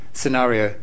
scenario